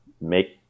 make